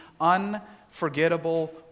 unforgettable